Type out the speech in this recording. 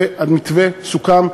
והמתווה סוכם.